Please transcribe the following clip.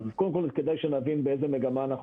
אז קודם כל כדאי שנבין באיזה מגמה אנחנו